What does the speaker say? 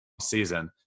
season